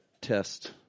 test